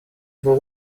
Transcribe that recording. его